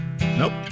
Nope